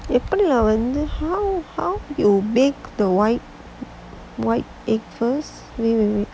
எப்படி:eppadi ya வந்து:vanthu how you bake the [one] egg first